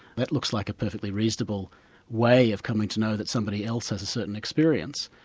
that looks like a perfectly reasonable way of coming to know that somebody else has a certain experience.